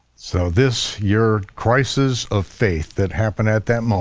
so this, your crisis of faith that happened at that moment,